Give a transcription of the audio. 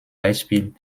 beispiel